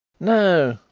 no,